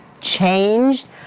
changed